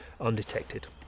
undetected